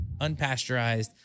unpasteurized